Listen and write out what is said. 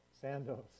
Sandoz